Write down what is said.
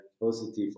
positive